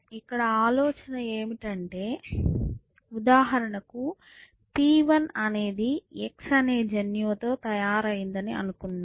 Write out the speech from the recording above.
ఇక్కడ ఆలోచన ఏమిటంటే ఉదాహరణకు P1 అనేది x అనే జన్యువు తో తయారైందని అనుకుందాం